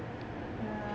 err